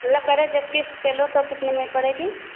मतलब कह रहे जब क़िस्त पर लो तो कितने में पड़ेगा